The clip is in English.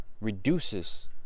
reduces